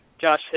Josh